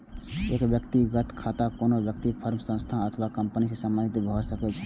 व्यक्तिगत खाता कोनो व्यक्ति, फर्म, संस्था अथवा कंपनी सं संबंधित भए सकै छै